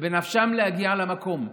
ובנפשם להגיע למקום,